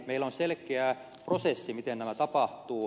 meillä on selkeä prosessi miten tämä tapahtuu